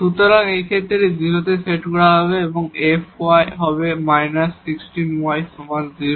সুতরাং এই ক্ষেত্রে এটি 0 এ সেট করা হবে এবং এই fy হবে −16 y সমান 0